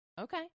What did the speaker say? okay